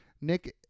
Nick